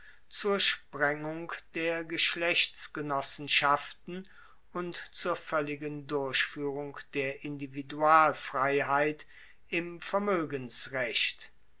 zur sprengung der geschlechtsgenossenschaften und zur voelligen durchfuehrung der individualfreiheit im